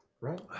right